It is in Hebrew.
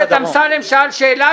חבר הכנסת אמסלם שאל שאלה.